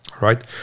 right